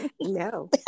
no